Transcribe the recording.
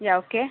yeah okay